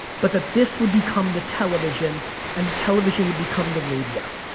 but that this would become the television and the television would become the radio.